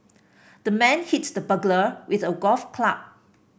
the man hit the burglar with a golf club